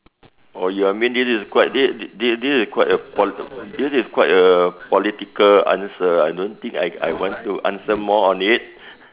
oh you mean this quite this this is a quite a po~ this is a quite a political answer I don't think I I want to answer more on it